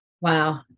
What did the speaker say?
Wow